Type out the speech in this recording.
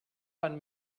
fan